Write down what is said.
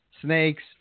Snakes